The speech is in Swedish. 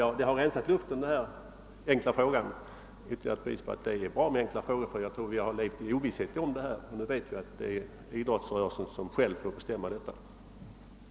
Min enkla fråga har alltså rensat luften, och det är ytterligare ett bevis för värdet av frågeinstitutet. Vi har levt i ovisshet i detta avseende men vet nu att idrottsrörelsen själv får avgöra spörsmål av detta slag.